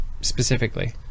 specifically